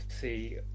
see